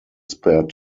spare